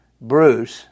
Bruce